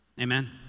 Amen